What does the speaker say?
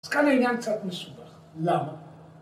אז כאן העניין קצת מסובך, למה?